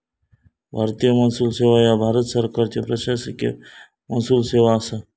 भारतीय महसूल सेवा ह्या भारत सरकारची प्रशासकीय महसूल सेवा असा